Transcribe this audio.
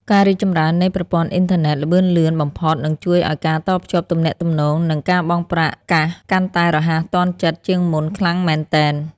ការរីកចម្រើននៃប្រព័ន្ធអ៊ីនធឺណិតល្បឿនលឿនបំផុតនឹងជួយឱ្យការតភ្ជាប់ទំនាក់ទំនង និង ការបង់ប្រាក់កាសកាន់តែរហ័សទាន់ចិត្តជាងមុនខ្លាំងមែនទែន។